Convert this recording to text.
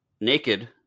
naked